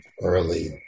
early